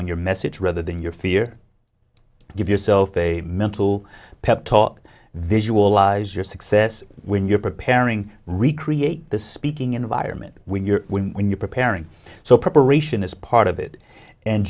on your message rather than your fear give yourself a mental pep talk visualize your success when you're preparing recreate the speaking environment when you're when you're preparing so preparation is part of it and